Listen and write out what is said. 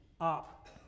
up